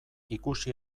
ikusi